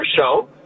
show